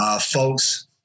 folks